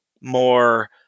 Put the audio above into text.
more